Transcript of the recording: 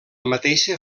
mateixa